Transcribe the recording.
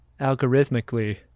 algorithmically